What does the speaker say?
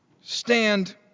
stand